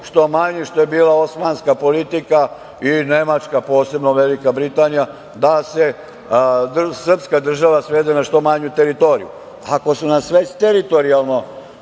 što manji, što je bila osmanska politika i nemačka, a posebno Velika Britanija, da se srpska država svede na što manju teritoriju. Ako su nas već teritorijalno